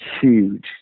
huge